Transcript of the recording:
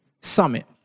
summit